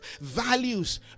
values